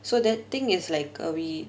so the thing is like err we